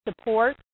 support